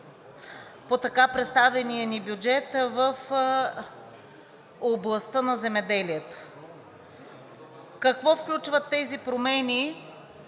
по така представения ни бюджет в областта на земеделието. Какво включват тези промени,